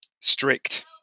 strict